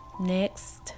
next